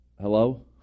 Hello